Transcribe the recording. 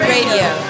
Radio